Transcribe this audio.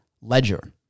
ledger